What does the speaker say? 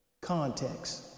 Context